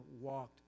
walked